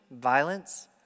violence